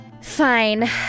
Fine